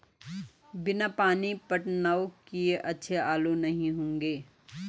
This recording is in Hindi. बिना पानी पटवन किए अच्छे आलू नही होंगे